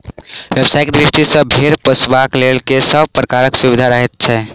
व्यवसायिक दृष्टि सॅ भेंड़ पोसयबला के सभ प्रकारक सुविधा रहैत छै